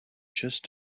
just